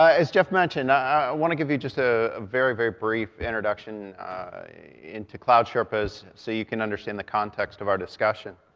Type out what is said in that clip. as jeff mentioned, i want to give you just a very, very brief introduction into cloud sherpas, so you can understand the context of our discussion.